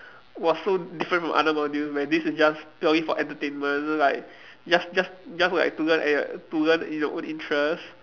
was so different from other modules where this is just purely for entertainment like just just just like to learn at your to learn in your own interests